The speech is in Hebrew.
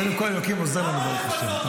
קודם כול, אלוקים עוזר לנו, ברוך השם.